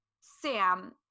sam